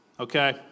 Okay